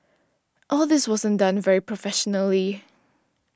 all this wasn't done very professionally